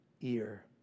ear